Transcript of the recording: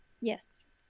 Yes